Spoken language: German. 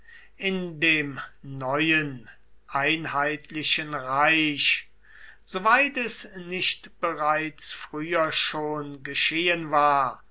in dem neuen einheitlichen reich soweit es nicht bereits früher schon geschehen war